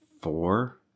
four